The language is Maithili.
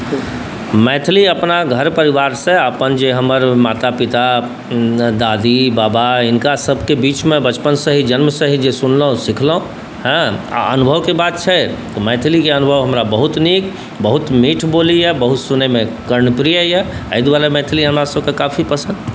मैथिली अपना घर परिवारसँ अपन जे हमर माता पिता दादी बाबा हिनकासबके बीचमे बचपनसँ ही जन्मसँ ही जे सुनलहुँ सिखलहुँ हँ आओर अनुभवके बात तऽ मैथिलीके अनुभव हमरा बहुत नीक बहुत मीठ बोली अइ बहुत सुनैमे कर्णप्रिय अइ एहि दुआरे मैथिली हमरासबके काफी पसन्द अइ